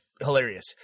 hilarious